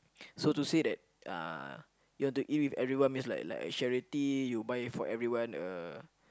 so to say that uh you want to eat with everyone means like like charity you buy for everyone a